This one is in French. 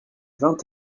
vingt